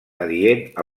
adient